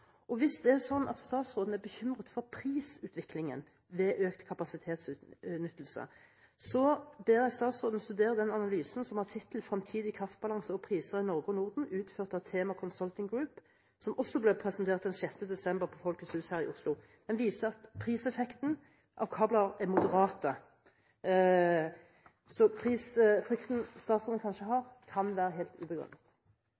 Hvis det er sånn at statsråden er bekymret for prisutviklingen ved økt kapasitetsutnyttelse, ber jeg statsråden studere den analysen som har tittelen «Framtidig kraftbalanse og -priser i Norge og Norden», utgitt av THEMA Consulting Group, som også ble presentert den 6. desember på Folkets Hus her i Oslo. Den viser at priseffekten av kabler er moderat, så prisfrykten statsråden kanskje